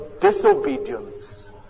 disobedience